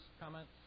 comments